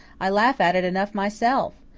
i laugh at it enough myself.